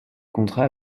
contrat